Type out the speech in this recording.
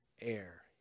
air